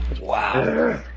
Wow